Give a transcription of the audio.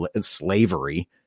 slavery